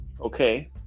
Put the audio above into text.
okay